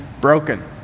broken